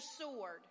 sword